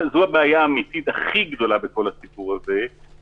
זה ברור לנו שזאת הציפייה ונשתדל לעשות כמיטב יכולתנו בעניין.